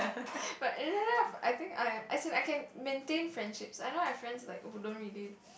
but in real life I think I as in I can maintain friendships I know I have friends like who don't really